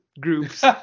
groups